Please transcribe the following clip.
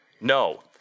No